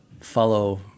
follow